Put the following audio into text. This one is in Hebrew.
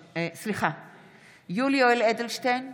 יולי יואל אדלשטיין,